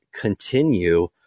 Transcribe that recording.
continue